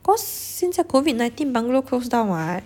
cause 现在 COVID nineteen bungalow close down [what]